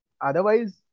otherwise